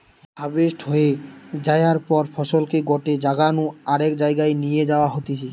harvest হয়ে যায়ার পর ফসলকে গটে জাগা নু আরেক জায়গায় নিয়ে যাওয়া হতিছে